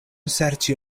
serĉi